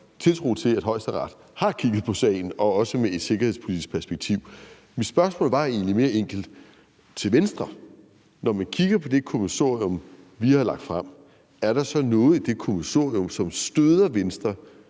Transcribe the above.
tiltro til, at Højesteret har kigget på sagen og også med et sikkerhedspolitisk perspektiv. Mit spørgsmål til Venstre var egentlig mere enkelt: Når man kigger på det kommissorium, vi har lagt frem, er der så noget i det kommissorium, som støder Venstre